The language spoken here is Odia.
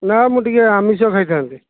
ନା ମୁଁ ଟିକେ ଆମିଷ ଖାଇଥାନ୍ତି